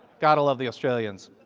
got to love the australians.